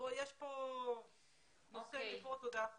יש פה נושא מפה ועד להודעה חדשה.